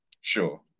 sure